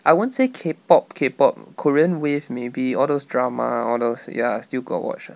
I won't say K pop K pop korean wave maybe all those drama all those ya still got watch lah